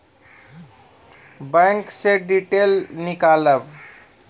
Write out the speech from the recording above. Bank से detail नीकालव?